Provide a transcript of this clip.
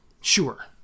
Sure